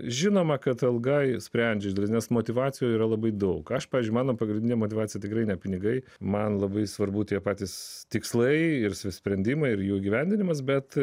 žinoma kad alga išsprendžia didesnes motyvacijų yra labai daug aš pavyzdžiui mano pagrindinė motyvacija tikrai ne pinigai man labai svarbu tie patys tikslai ir sprendimai ir jų įgyvendinimas bet